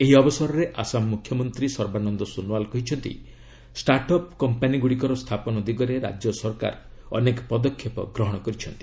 ଏହି ଅବସରରେ ଆସାମ ମୁଖ୍ୟମନ୍ତ୍ରୀ ସର୍ବାନନ୍ଦ ସୋନୁଓ୍ବାଲ୍ କହିଛନ୍ତି ଷ୍ଟାର୍ଟଅପ୍ କମ୍ପାନୀଗୁଡ଼ିକର ସ୍ଥାପନ ଦିଗରେ ରାଜ୍ୟ ସରକାର ଅନେକ ପଦକ୍ଷେପ ଗ୍ରହଣ କରିଛନ୍ତି